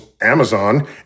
Amazon